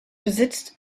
besitzt